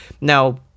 now